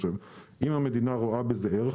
אם המדינה רואה בזה ערך,